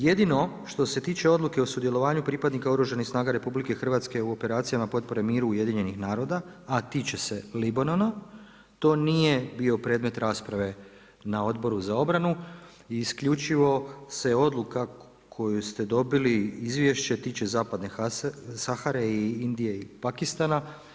Jedino što se tiče odluke o sudjelovanju pripadnika Oružanih snaga RH u operacijama potpore miru UN-a a tiče se Libanona to nije bio predmet rasprave na Odboru za obranu i isključivo se odluka koju ste dobili, izvješće tiče zapadne Sahare i Indije i Pakistana.